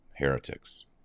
heretics